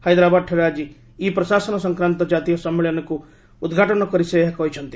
ହାଇଦ୍ାବାଦଠାରେ ଆଜି ଇ ପ୍ଶାସନ ସଂକ୍ାନ୍ତ ଜାତୀୟ ସମ୍ମିଳନୀକୁ ଉଦ୍ଘାଟନ କରି ସେ ଏହା କହିଛନ୍ତି